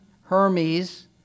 Hermes